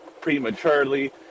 prematurely